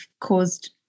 caused